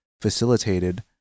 facilitated